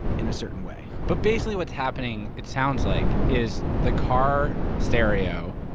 in a certain way. but basically what's happening, it sounds like, is the car stereo,